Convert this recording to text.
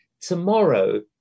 tomorrow